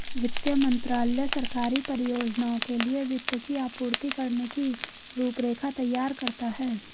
वित्त मंत्रालय सरकारी परियोजनाओं के लिए वित्त की आपूर्ति करने की रूपरेखा तैयार करता है